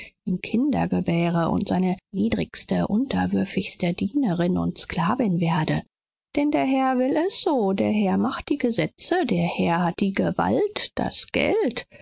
kinder gebäre und seine niedrigste unterwürfigste dienerin und sklavin werde denn der herr will es so der herr macht die gesetze der herr hat die gewalt das geld